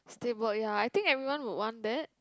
stable ya I think everyone would want that